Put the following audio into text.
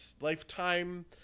lifetime